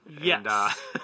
Yes